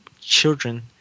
children